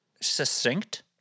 succinct